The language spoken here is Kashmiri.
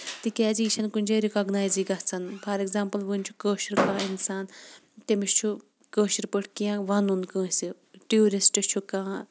تِکیازِ یہِ چھےٚ نہٕ کُنہِ جایہِ رِکوگنایزٕے گژھان فار اٮ۪کزامپٔل ؤنۍ چھُ کٲشُر کران اِنسان تٔمِس چھُ کٲشِر پٲٹھۍ کیٚنہہ وُنُن کٲنسہِ ٹیوٗرِسٹ چھُ کانہہ